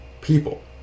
people